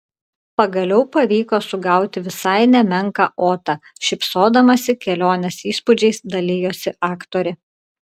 pagaliau pavyko sugauti visai nemenką otą šypsodamasi kelionės įspūdžiais dalijosi aktorė